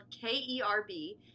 K-E-R-B